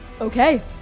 Okay